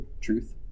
truth